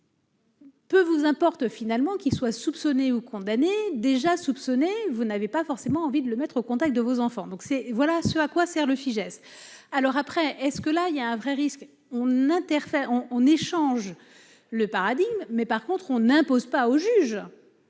Peu vous importe finalement qu'qui soient soupçonnés ou condamnés déjà soupçonné, vous n'avez pas forcément envie de le mettre au contact de vos enfants, donc c'est voilà ce à quoi sert le Fijais alors après est-ce que là il y a un vrai risque on interfère on on échange le paradigme mais par contre on n'impose pas aux juges.